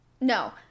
No